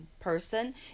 person